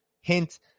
hint